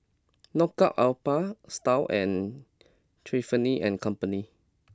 Knockout Alpha Style and Tiffany and Company